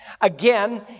Again